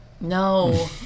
No